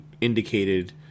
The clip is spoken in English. indicated